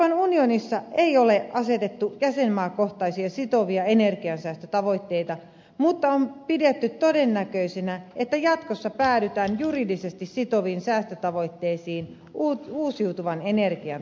euroopan unionissa ei ole asetettu jäsenmaakohtaisia sitovia energiansäästötavoitteita mutta on pidetty todennäköisenä että jatkossa päädytään juridisesti sitoviin säästötavoitteisiin uusiutuvan energian tapaan